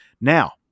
Now